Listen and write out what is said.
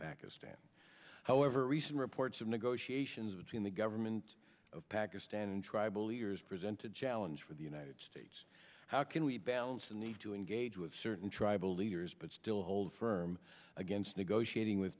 pakistan however recent reports of negotiations between the government of pakistan and tribal leaders presented jallow as for the united states how can we balance the need to engage with certain tribal leaders but still hold firm against negotiating with